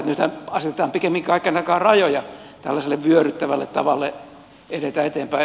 nythän asetetaan pikemmin kaiken aikaa rajoja tällaiselle vyöryttävälle tavalle edetä eteenpäin